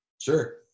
Sure